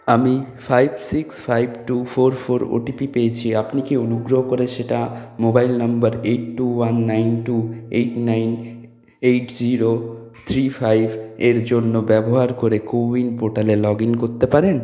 আমি five six five two four four O T P পেয়েছি আপনি কি অনুগ্রহ করে সেটা mobile number eight two one nine two eight nine eight zero three five এর জন্য ব্যবহার করে কো উইন পোর্টালে লগ ইন করতে পারেন